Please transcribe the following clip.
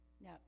Now